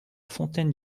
fontaine